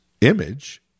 image